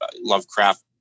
Lovecraft